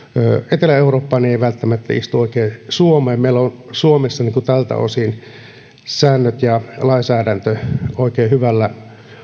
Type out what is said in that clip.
etelä eurooppaan ei ei välttämättä oikein istu suomeen meillä ovat suomessa tältä osin säännöt ja lainsäädäntö oikein hyvällä